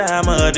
I'ma